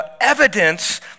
evidence